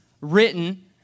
written